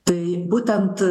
tai būtent